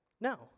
No